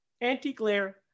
anti-glare